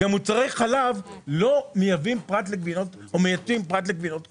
במוצרי חלב לא מייבאים או מייצאים פרט לגבינות קשות.